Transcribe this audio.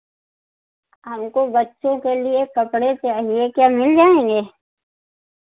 हमको बच्चों के लिए कपड़े चाहिए क्या मिल जाएँगे